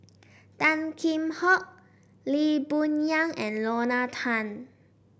Tan Kheam Hock Lee Boon Yang and Lorna Tan